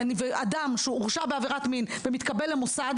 אדם שהורשע בעבירת מין ומתקבל למוסד,